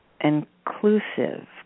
inclusive